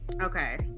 okay